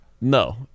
no